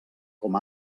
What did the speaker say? com